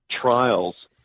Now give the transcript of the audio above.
trials